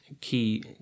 key